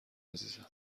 عزیزم